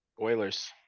Oilers